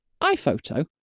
iPhoto